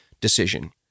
decision